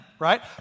right